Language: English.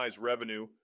revenue